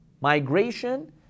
Migration